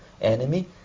enemy